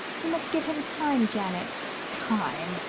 you must give him time, janet time!